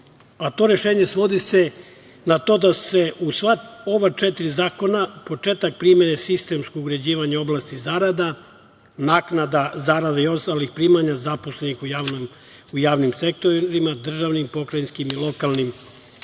rešenje svodi se na to da se u sva ova četiri zakona početak primene sistemskog uređivanja oblasti zarada, naknada zarada i ostalih primanja zaposlenih u javnim sektorima, državnim, pokrajinskim i lokalnim